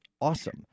awesome